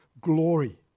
glory